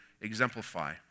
exemplify